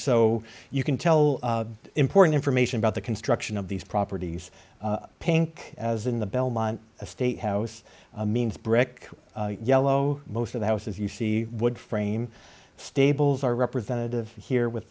so you can tell important information about the construction of these properties pink as in the belmont a state house means brick yellow most of the houses you see wood frame stables are representative here with